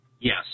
Yes